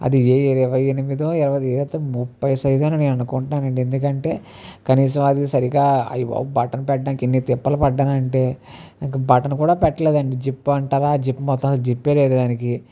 అది ఏ ఇరవై ఎనిమిదో ఇరవై తొమ్మిదో ముప్పై సైజ్ అని నేను అనుకుంటున్నాను అండి ఎందుకంటే కనీసం అది సరిగా ఐ బాబోయ్ బటన్ పెట్టడానికి ఎన్ని తిప్పలు పడ్డాను అంటే ఇంకా బటన్ కూడా పెట్టలేదండి జిప్ అంటారా జిప్ మొత్తానికి జిప్పే లేదు దానికి